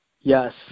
Yes